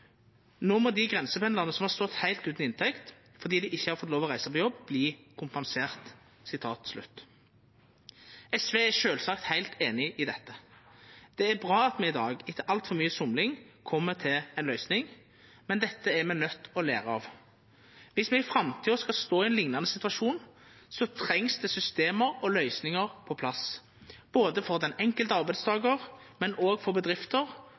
Nå må de grensependlerne som har stått helt uten inntekt, fordi de ikke har fått lov til å reise på jobb, bli kompensert.» SV er sjølvsagt heilt einig i dette. Det er bra at me i dag, etter altfor mykje somling, kjem til ei løysing. Men dette er me nøydde til å læra av. Dersom me i framtida skulle stå i ein liknande situasjon, trengst det system og løysingar på plass – både for den enkelte arbeidstakaren og for